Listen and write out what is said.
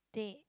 they